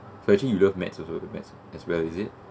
so actually you love maths also maths as well is it